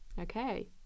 Okay